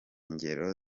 ngero